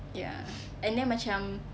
ya and then macam